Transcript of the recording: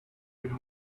been